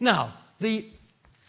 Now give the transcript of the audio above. now, the